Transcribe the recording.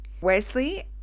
Wesley